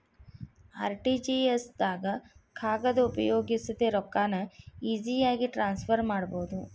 RTGS ದಾಗ ಕಾಗದ ಉಪಯೋಗಿಸದೆ ರೊಕ್ಕಾನ ಈಜಿಯಾಗಿ ಟ್ರಾನ್ಸ್ಫರ್ ಮಾಡಬೋದು